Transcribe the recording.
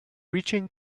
reaching